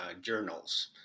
journals